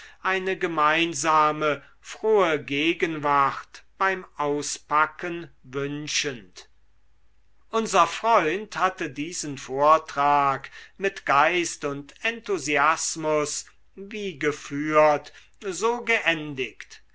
eine gemeinsame frohe gegenwart beim auspacken wünschend unser freund hatte diesen vortrag mit geist und enthusiasmus wie geführt so geendigt